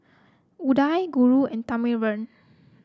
Udai Guru and Thamizhavel